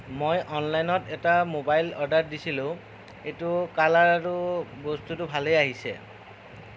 মই অনলাইনত এটা মোবাইল অৰ্ডাৰ দিছিলোঁ এইটো কালাৰ আৰু বস্তুটো ভালেই আহিছে